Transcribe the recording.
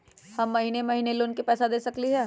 हम महिने महिने लोन के पैसा दे सकली ह?